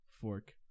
Fork